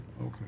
okay